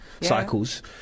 cycles